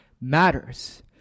matters